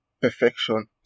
perfection